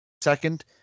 second